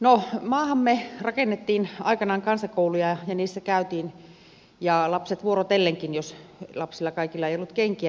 no maahamme rakennettiin aikanaan kansakouluja ja niissä käytiin lapset vuorotellenkin jos kaikilla lapsilla ei ollut kenkiä